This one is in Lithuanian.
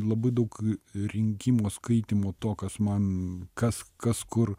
labai daug rinkimo skaitymo to kas man kas kas kur